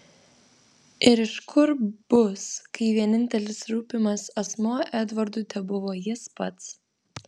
ir iš kur bus kai vienintelis rūpimas asmuo edvardui tebuvo jis pats